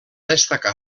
destacar